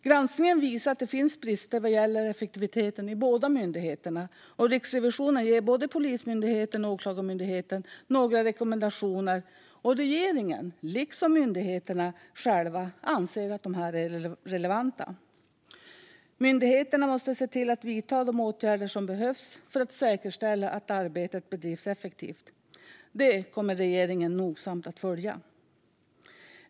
Granskningen visar att det finns brister vad gäller effektiviteten i båda myndigheterna, och Riksrevisionen ger både Polismyndigheten och Åklagarmyndigheten några rekommendationer som regeringen, liksom myndigheterna själva, anser är relevanta. Myndigheterna måste se till att vidta de åtgärder som behövs för att säkerställa att arbetet bedrivs effektivt. Detta kommer regeringen nogsamt att följa.